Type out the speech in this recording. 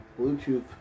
Bluetooth